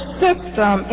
system